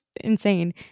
insane